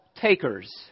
takers